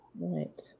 right